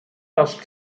herrscht